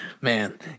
Man